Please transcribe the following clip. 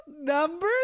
number